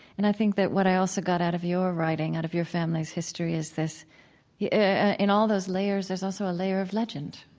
and i think that what i also got out of your writing, out of your family's history is this yeah in all those layers, there's also a layer of legend.